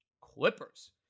Clippers